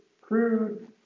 crude